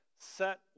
Set